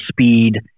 speed